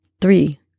three